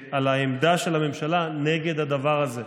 על העמדה של הממשלה נגד הדבר הזה.